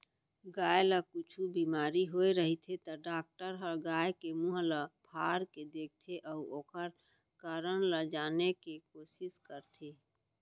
गाय ल कुछु बेमारी होय रहिथे त डॉक्टर ह गाय के मुंह ल फार के देखथें अउ ओकर कारन ल जाने के कोसिस करथे